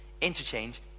interchange